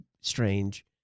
strange—